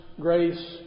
grace